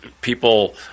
people –